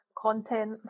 content